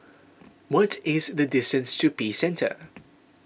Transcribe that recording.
what is the distance to Peace Centre